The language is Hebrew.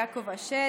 יעקב אשר,